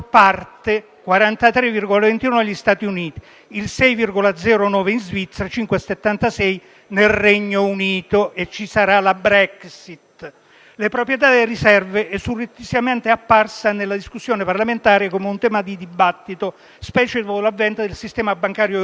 cento) negli Stati Uniti; il 6,09 in Svizzera; il 5,76 per cento nel Regno Unito (e ci sarà la Brexit). La proprietà delle riserve auree nazionali è surrettiziamente apparsa nella discussione parlamentare come un tema di dibattito, specie dopo l'avvento del sistema bancario europeo